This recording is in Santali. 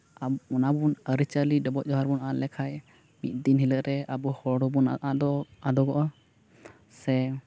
ᱚᱱᱟᱵᱚ ᱟᱹᱨᱤᱪᱟᱹᱞᱤ ᱰᱚᱵᱚᱜ ᱡᱚᱦᱟᱨ ᱵᱚᱱ ᱟᱫᱽ ᱞᱮᱠᱷᱟᱡ ᱢᱤᱫ ᱦᱤᱞᱳᱜ ᱨᱮ ᱟᱵᱚ ᱦᱚᱲ ᱦᱚᱵᱚᱱ ᱟᱫᱚᱜ ᱟᱫᱚᱜᱚᱜᱼᱟ ᱥᱮ